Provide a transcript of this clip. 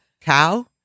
cow